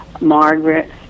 Margaret